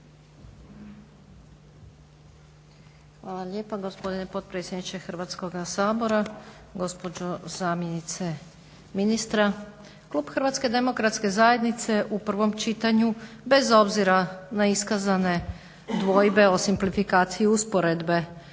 Hvala lijepa gospodine potpredsjedniče Hrvatskoga sabora. Gospođo zamjenice ministra. Klub HDZ-a u prvom čitanju bez obzira na iskazane dvojbe o simplifikaciji usporedbe